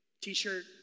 t-shirt